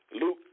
Luke